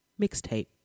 Mixtape